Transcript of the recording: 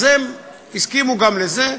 אז הם הסכימו גם לזה.